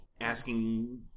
asking